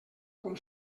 com